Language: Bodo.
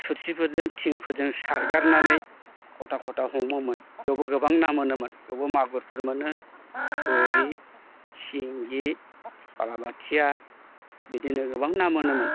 थुरसिफोरजों थिंफोरजों सारगारनानै खथा खथा हमोमोन बेयावबो गोबां ना मोनोमोन बेवबो मागुरफोर मोनो थुरि सिंगि बालाबाथिया बिदिनो गोबां ना मोनोमोन